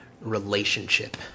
relationship